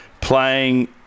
playing